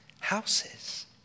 houses